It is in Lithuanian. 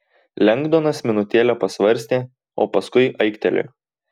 lengdonas minutėlę pasvarstė o paskui aiktelėjo